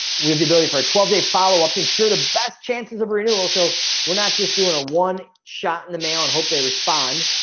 we have the ability for our twelve-day follow-up to ensure the best chances of renewal. so we're not just doing a one shot in the mail and hope they respond.